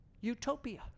utopia